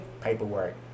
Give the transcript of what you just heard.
paperwork